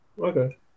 Okay